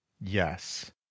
Yes